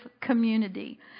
community